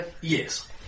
Yes